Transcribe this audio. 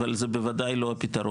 אבל זה בוודאי לא הפתרון.